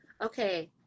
okay